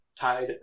tied